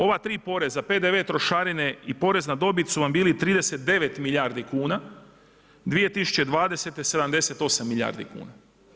Ova tri poreza, PDV, trošarine i porez na dobit su vam bili 39 milijardi kuna, 2020. 78 milijardi kuna.